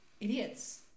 Idiots